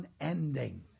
unending